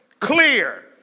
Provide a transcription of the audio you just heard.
Clear